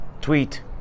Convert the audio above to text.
tweet